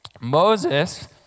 Moses